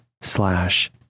slash